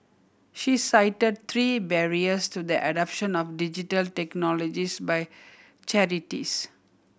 she cited three barriers to the adoption of Digital Technologies by charities